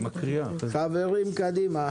אין מתנגדים ואין נמנעים.